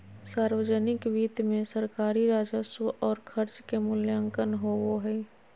सावर्जनिक वित्त मे सरकारी राजस्व और खर्च के मूल्यांकन होवो हय